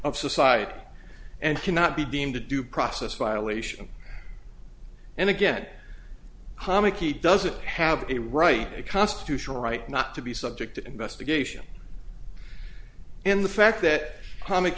of society and cannot be deemed a due process violation and again homik he doesn't have a right to a constitutional right not to be subject to investigation and the fact that comic